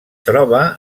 troba